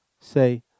Say